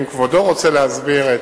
אם כבודו רוצה להסביר,